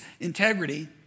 integrity